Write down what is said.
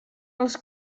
els